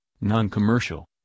non-commercial